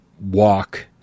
walk